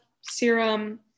serum